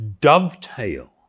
dovetail